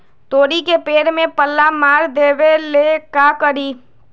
तोड़ी के पेड़ में पल्ला मार देबे ले का करी?